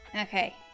Okay